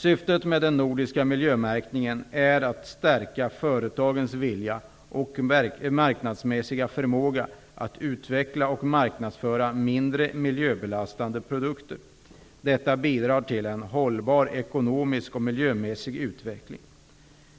Syftet med den nordiska miljömärkningen är att stärka företagens vilja och marknadsmässiga förmåga att utveckla och marknadsföra mindre miljöbelastande produkter. Detta bidrar till en hållbar ekonomisk och miljömässig utveckling.